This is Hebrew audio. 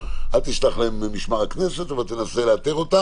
אל תשלח אליהם את משמר הכנסת אבל תנסה לאתר אותם.